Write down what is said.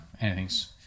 Anything's